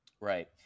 Right